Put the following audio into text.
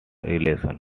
relation